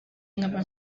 nkaba